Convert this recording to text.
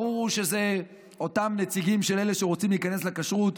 ברור שזה אותם נציגים של אלה שרוצים להיכנס לכשרות,